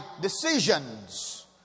decisions